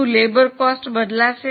શું મજૂર ખર્ચ બદલાશે